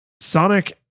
Sonic